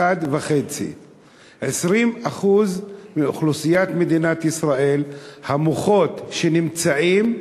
1.5%. 20% מאוכלוסיית מדינת ישראל המוחות שנמצאים,